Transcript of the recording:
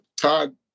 Todd